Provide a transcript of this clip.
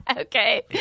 Okay